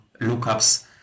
lookups